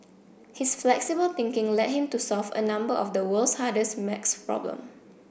his flexible thinking led him to solve a number of the world's hardest maths problem